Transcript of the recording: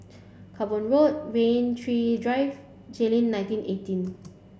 Cranborne Road Rain Tree Drive Jayleen nineteen eighteen